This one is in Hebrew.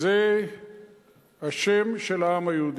זה השם של העם היהודי,